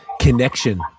connection